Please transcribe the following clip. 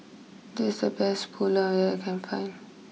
this is the best Pulao that I can find